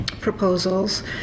proposals